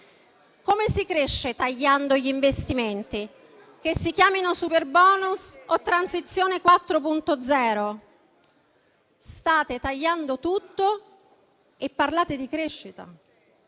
Come si cresce, tagliando gli investimenti? Che si chiamino superbonus o transizione 4.0, state tagliando tutto, eppure parlate di crescita!